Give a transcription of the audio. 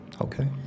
Okay